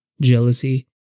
jealousy